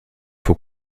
faut